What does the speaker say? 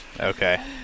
Okay